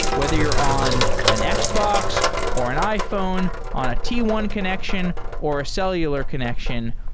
whether you're on an an xbox, or an iphone, on a t one connection, or a cellular connection.